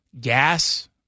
gas